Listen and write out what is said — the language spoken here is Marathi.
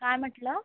काय म्हटलं